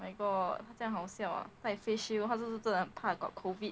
my god 这样好笑啊戴 face shield 他是不是真的很怕 got COVID